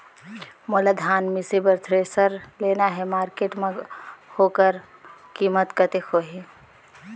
मोला धान मिसे बर थ्रेसर लेना हे मार्केट मां होकर कीमत कतेक होही?